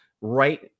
right